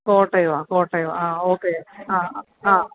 കോട്ടയമാണ് കോട്ടയമാണ് ആ ഓക്കെ ആ ആ